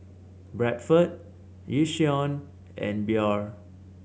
Bradford Yishion and Biore